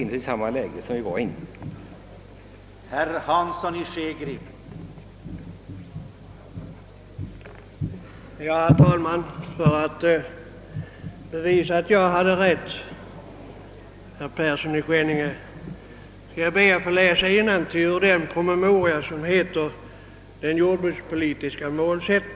Hans senaste inlägg ger inte intryck av någon sinnesändring.